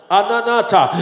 Ananata